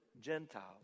Gentiles